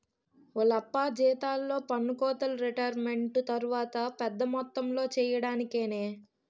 ఓలప్పా జీతాల్లో పన్నుకోతలు రిటైరుమెంటు తర్వాత పెద్ద మొత్తంలో ఇయ్యడానికేనే